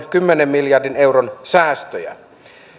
kymmenen miljardin euron säästöjä